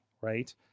right